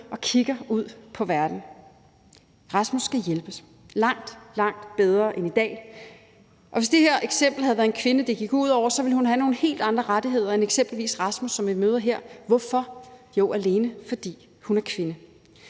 og kigger ud på verden. Rasmus skal hjælpes langt, langt bedre end i dag. Og hvis det i det her eksempel havde været en kvinde, det gik ud over, ville hun have haft nogle helt andre rettigheder end eksempelvis Rasmus, som vi møder her. Hvorfor? Jo, alene fordi hun er kvinde.